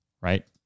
right